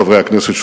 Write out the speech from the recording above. חברי הכנסת,